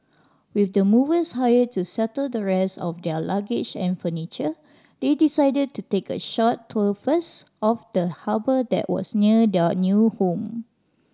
with the movers hired to settle the rest of their luggage and furniture they decided to take a short tour first of the harbour that was near their new home